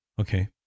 okay